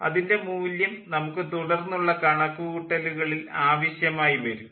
അതിൻ്റെ മൂല്യം നമുക്ക് തുടർന്നുള്ള കണക്കുകൂട്ടലുകളിൽ ആവശ്യമായി വരും